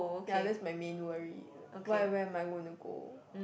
ya that's my main worry where am I going to go